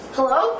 Hello